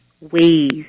ways